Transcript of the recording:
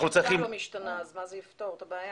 אבל אם החקיקה לא משתנה אז איך זה יפתור את הבעיה?